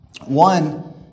One